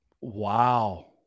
Wow